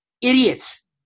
Idiots